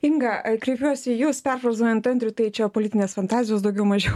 inga a kreipiuosi į jus perfrazuojant andrių tai čia politinės fantazijos daugiau mažiau